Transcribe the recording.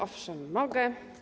Owszem, mogę.